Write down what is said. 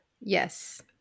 Yes